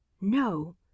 no